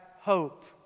hope